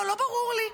לא ברור לי.